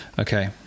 Okay